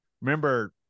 Remember